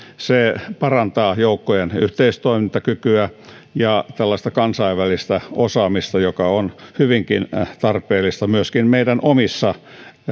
se parantaa joukkojen yhteistoimintakykyä ja tällaista kansainvälistä osaamista joka on hyvinkin tarpeellista myöskin meidän omissa